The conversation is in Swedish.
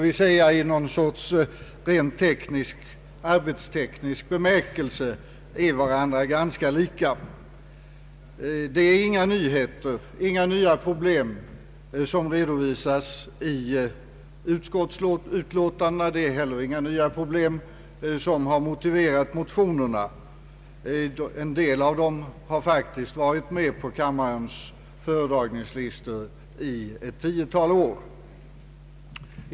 Dessa två ärenden är i arbetsteknisk bemärkelse varandra ganska lika. Inga nya problem redovisas i utskottsutlåtandena, liksom det inte heller är några nya problem som har motiverat motionerna. En del av motionerna har faktiskt varit med på kammarens föredragningslistor i ett tiotal år.